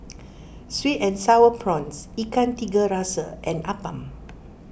Sweet and Sour Prawns Ikan Tiga Rasa and Appam